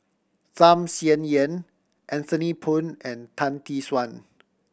Tham Sien Yen Anthony Poon and Tan Tee Suan